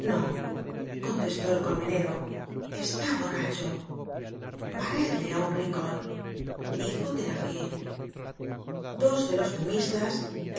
no contestó el colmenero está borracho barredle á un rincon dijo thenardier dos de los fumistas